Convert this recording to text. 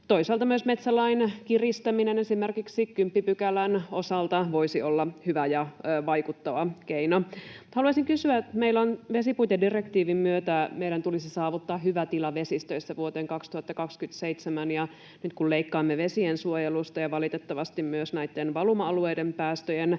Toisaalta myös metsälain kiristäminen esimerkiksi 10 §:n osalta voisi olla hyvä ja vaikuttava keino. Haluaisin kysyä, että kun vesipuitedirektiivin myötä meidän tulisi saavuttaa hyvä tila vesistöissä vuoteen 2027 ja nyt leikkaamme vesiensuojelusta ja valitettavasti myös näitten valuma-alueiden päästöjen